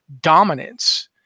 dominance